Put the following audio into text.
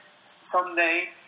someday